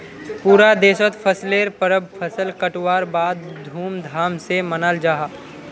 पूरा देशोत फसलेर परब फसल कटवार बाद धूम धाम से मनाल जाहा